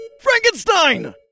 FRANKENSTEIN